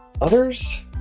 Others